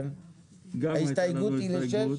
גם היתה לנו הסתייגות.